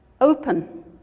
open